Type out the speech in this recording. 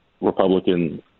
Republican